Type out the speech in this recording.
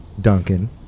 Duncan